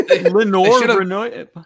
Lenore